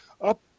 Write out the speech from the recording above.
up